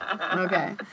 Okay